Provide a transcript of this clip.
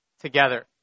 together